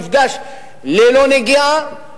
מפגש ללא נגיעה,